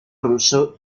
ruso